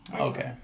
okay